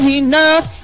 enough